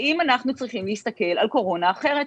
האם אנחנו צריכים להסתכל על קורונה אחרת?